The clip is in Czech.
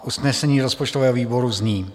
Usnesení rozpočtového výboru zní: